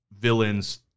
villains